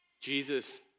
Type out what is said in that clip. Jesus